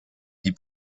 die